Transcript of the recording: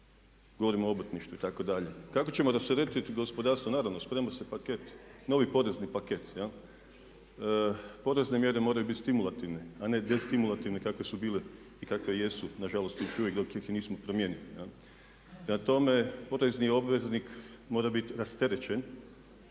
govorim o obrtništvu itd.. Kako ćemo rasteretiti gospodarstvo? Naravno sprema se paket, novi porezni paket. Porezne mjere moraju biti stimulativne a ne destimulativne kakve su bile i kakve jesu nažalost još uvijek dok ih nismo promijenili. Prema tome, porezni obveznik mora biti rasterećen